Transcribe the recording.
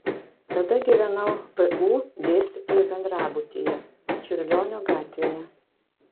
tada gyvenau vu dėstytojų bendrabutyje čiurlionio gatvėje